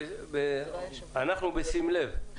אנחנו בשים לב.